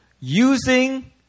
using